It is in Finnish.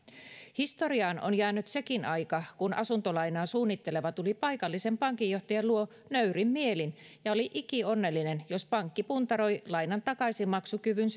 historiaan on jäänyt sekin aika kun asuntolainaa suunnitteleva tuli paikallisen pankinjohtajan luo nöyrin mielin ja oli ikionnellinen jos pankki puntaroi lainan takaisinmaksukyvyn